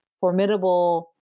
formidable